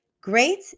great